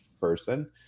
person